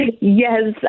Yes